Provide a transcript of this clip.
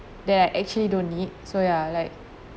that are actually don't need so ya like